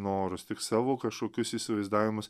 norus tik savo kašokius įsivaizdavimus